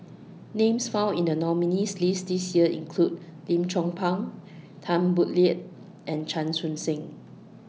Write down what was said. Names found in The nominees' list This Year include Lim Chong Pang Tan Boo Liat and Chan Chun Sing